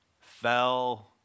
fell